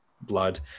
blood